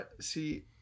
see